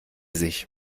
sich